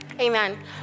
Amen